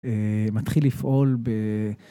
מתחיל לפעול ב...